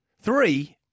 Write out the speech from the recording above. Three